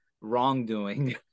wrongdoing